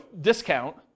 discount